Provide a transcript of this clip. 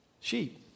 Sheep